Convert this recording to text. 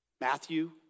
Matthew